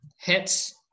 Hits